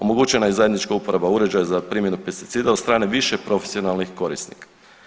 Omogućena je i zajednička uporaba uređaja za primjenu pesticida od strane više profesionalnih korisnika.